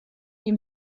ihm